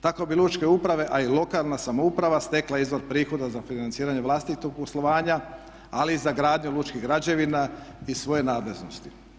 Tako bi lučke uprave a i lokalna samouprava stekla izvor prihoda za financiranje vlastitog poslovanja ali i za gradnju lučkih građevina iz svoje nadležnosti.